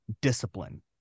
discipline